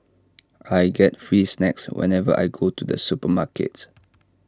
I get free snacks whenever I go to the supermarket